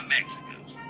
Mexicans